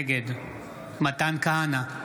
נגד מתן כהנא,